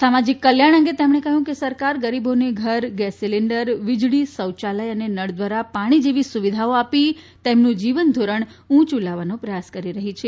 સામાજીક કલ્યાણ અંગે તેમણે કહ્યું કે સરકાર ગરીબોને ઘર ગેસ સીલીન્ડર વીજળી શૌચાલય અને નળ દ્વારા પાણી જેવી સુવિધાઓ આપી તેમનું જીવન ધોરણ ઉંચું લાવવાનો પ્રયાસ કરી રહી છે